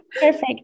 perfect